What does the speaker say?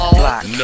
black